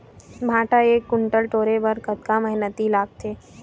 भांटा एक कुन्टल टोरे बर कतका मेहनती लागथे?